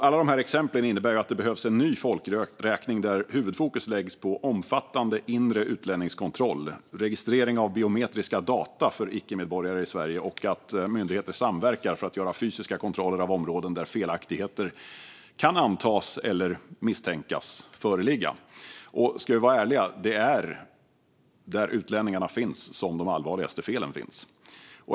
Alla dessa exempel visar att det behövs en ny folkräkning där huvudfokus läggs på omfattande inre utlänningskontroll, registrering av biometriska data för icke-medborgare i Sverige och att myndigheter samverkar för att göra fysiska kontroller i områden där felaktigheter kan antas eller misstänkas föreligga. Och ska vi vara ärliga är det där utlänningarna finns som de allvarligaste felen finns.